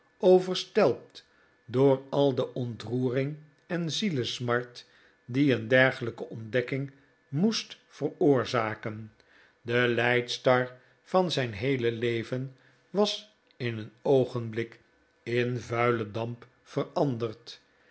overstelpt door al de ontroering en zielesmart die een dergelijke ontdekking moest veroorzaken de leidstar van zijn heele leven was in een oogenblik in vuilen damp veranderd